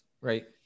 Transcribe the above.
Right